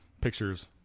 pictures